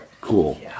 cool